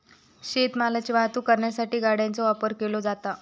शेत मालाची वाहतूक करण्यासाठी गाड्यांचो वापर केलो जाता